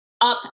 up